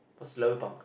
what's lobang